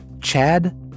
Chad